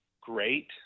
Great